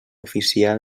oficial